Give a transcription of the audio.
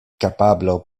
kapablo